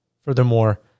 Furthermore